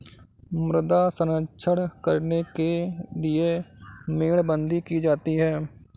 मृदा संरक्षण करने के लिए मेड़बंदी की जाती है